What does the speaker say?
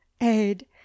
aid